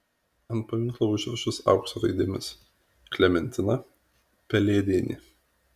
ant paminklo užrašas aukso raidėmis klementina pelėdienė